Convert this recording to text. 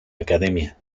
academia